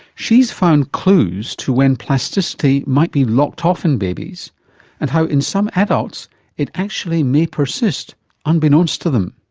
she has found clues to when plasticity might be locked off in babies and how in some adults it actually may persist unbeknownst to them.